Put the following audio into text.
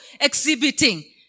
exhibiting